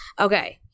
Okay